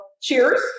cheers